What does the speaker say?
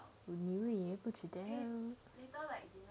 你问我我不知道